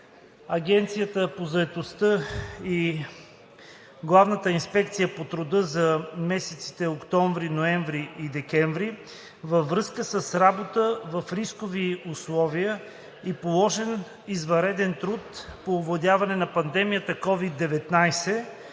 Агенцията по заетостта и Главната инспекция по труда за месеците октомври, ноември и декември във връзка с работа в рискови условия и положен извънреден труд по овладяването на пандемията COVID-19.“